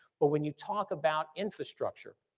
but when you talk about infrastructure,